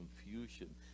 confusion